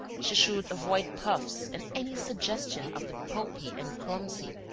she should avoid puffs and any suggestion of the pulpy and clumsy,